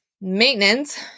maintenance